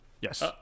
Yes